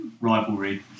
rivalry